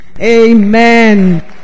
amen